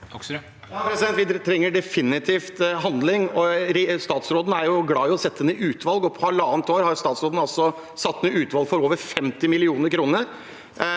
Vi trenger definitivt handling. Statsråden er jo glad i å sette ned utvalg. På halvannet år har statsråden altså satt ned utvalg for over 50 mill. kr,